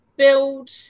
build